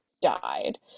died